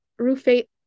Rufate